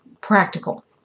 Practical